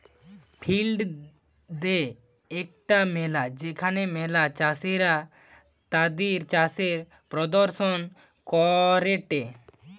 field day একটা মেলা যেখানে ম্যালা চাষীরা তাদির চাষের প্রদর্শন করেটে